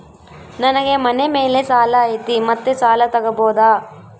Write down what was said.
ನನಗೆ ಮನೆ ಮೇಲೆ ಸಾಲ ಐತಿ ಮತ್ತೆ ಸಾಲ ತಗಬೋದ?